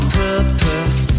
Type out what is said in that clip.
purpose